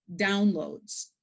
downloads